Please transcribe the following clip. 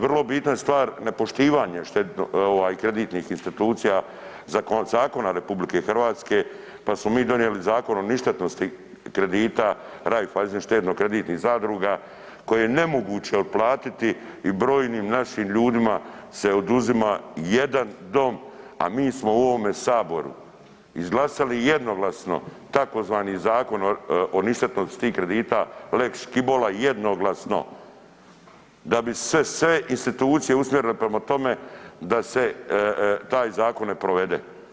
Vrlo bitna je stvar nepoštivanje šteditno, kreditnih institucija zakona RH, pa smo mi donijeli Zakon o ništetnosti kredita Raiffeisen štedno-kreditnih zadruga koje je nemoguće otplatiti i brojnim našim ljudima se oduzima jedan dom, a mi smo u ovome saboru izglasali jednoglasno tzv. Zakon o ništetnosti tih kredita lex Škibola, jednoglasno, da bi se sve institucije usmjerile prema tome da se taj zakon ne provede.